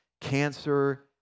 cancer